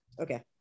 Okay